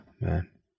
man